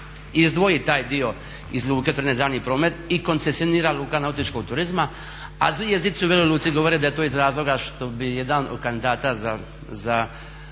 izdvoji taj dio iz luke otvorene za javni promet i koncesionira luka nautičkog turizma, a zli jezici u Veloj Luci govore da je to iz razloga što bi jedan od kandidata za